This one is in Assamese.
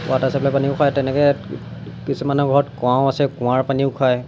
ৱাটাৰ ছাপ্লাই পানীও খায় তেনেকৈ কিছুমানৰ ঘৰত কুৱাও আছে কুৱাৰ পানীও খায়